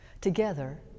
together